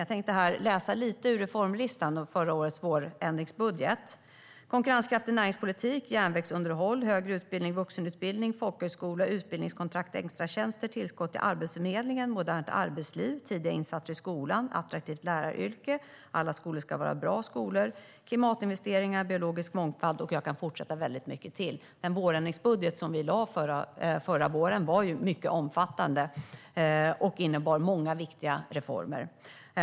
Jag tänker läsa lite ur reformlistan i förra årets vårändringsbudget: konkurrenskraftig näringspolitik, järnvägsunderhåll, högre utbildning, vuxenutbildning, folkhögskola, utbildningskontrakt, extratjänster, tillskott till Arbetsförmedlingen, modernt arbetsliv, tidiga insatser i skolan, attraktivt läraryrke, alla skolor ska vara bra skolor, klimatinvesteringar och biologisk mångfald. Jag kan fortsätta med mycket mer. Den vårändringsbudget som vi lade fram förra våren var mycket omfattande och innebar många viktiga reformer.